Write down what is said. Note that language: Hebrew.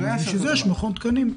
בשביל זה יש מכון תקנים,